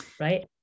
right